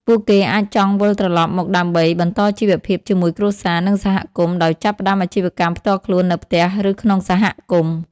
ពួកគេអាចចង់វិលត្រឡប់មកដើម្បីបន្តជីវភាពជាមួយគ្រួសារ និងសហគមន៍ ដោយចាប់ផ្តើមអាជីវកម្មផ្ទាល់ខ្លួននៅផ្ទះឬក្នុងសហគមន៍។